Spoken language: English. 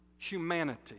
humanity